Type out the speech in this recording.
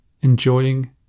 Enjoying